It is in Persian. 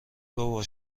بابا